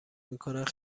میکنند